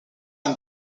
and